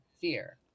fear